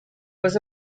was